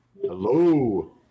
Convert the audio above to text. hello